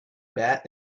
bat